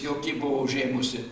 jauki buvo užėmusi